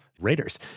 raiders